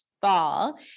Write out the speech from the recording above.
ball